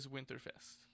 Winterfest